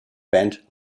band